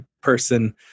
person